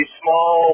small